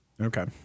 Okay